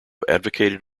advocated